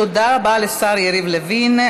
תודה רבה לשר יריב לוין.